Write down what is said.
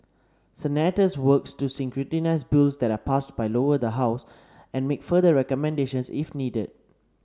senators work to scrutinise bills that are passed by the Lower House and make further recommendations if needed